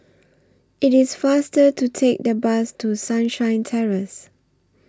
IT IS faster to Take The Bus to Sunshine Terrace